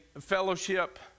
fellowship